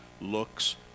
looks